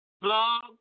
blog